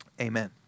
amen